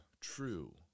true